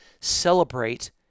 celebrate